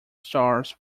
stars